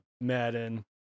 Madden